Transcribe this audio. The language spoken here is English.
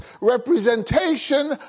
representation